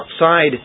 outside